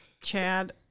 Chad